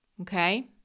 Okay